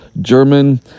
German